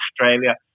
Australia